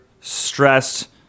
stressed